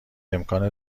امکان